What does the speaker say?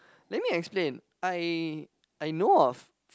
let me explain I I know of